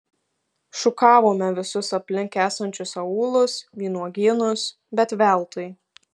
šukavome visus aplink esančius aūlus vynuogynus bet veltui